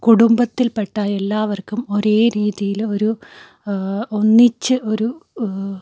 കുടുംബത്തിൽപ്പെട്ട എല്ലാവർക്കും ഒരേ രീതിയിൽ ഒരു ഒന്നിച്ച് ഒരു